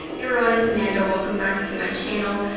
everyone, it's amanda. welcome back to my channel.